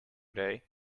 day